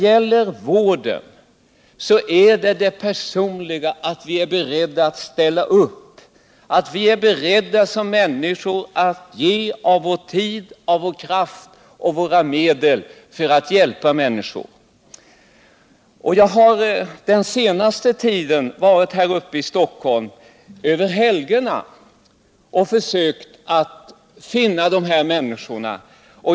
I vård är det personliga engagemanget betydelsefullt, att vi är beredda att ställa upp och ge av vår tid, vår kraft och våra medel för att hjälpa människor. Den senaste tiden har jag varit här uppe i Stockholm över helgerna och försökt att finna dessa människor.